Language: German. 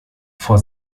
vor